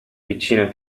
piccina